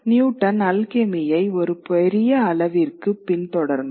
Newton அல்கெமியை ஒரு பெரிய அளவிற்குப் பின்தொடர்ந்தார்